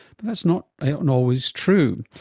but that's not and always true.